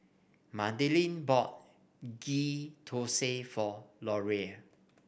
Madelyn bought Ghee Thosai for Loria